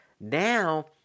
Now